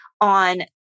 on